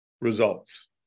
results